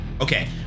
Okay